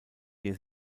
der